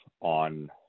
on